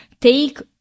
take